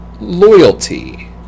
loyalty